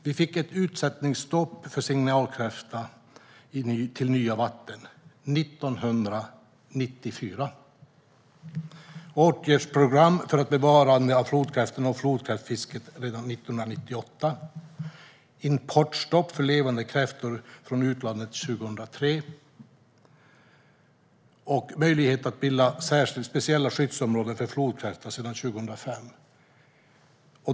Det blev ett utsättningsstopp för signalkräfta i nya vatten 1994. Åtgärdsprogram för bevarande av flodkräftan och flodkräftfisket infördes redan 1998. Det blev importstopp för levande kräftor från utlandet 2003. Möjlighet att bilda speciella skyddsområden för flodkräfta finns från 2005.